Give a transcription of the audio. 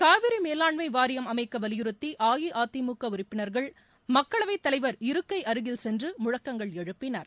காவிரி மேலாண்மை வாரியம் அமைக்க வலியுறுத்தி அஇஅதிமுக உறுப்பினர்கள் மக்களவை தலைவர் இருக்கை அருகில் சென்று முழக்கங்கள் எழுப்பினர்